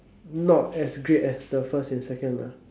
not as great as the first and second ah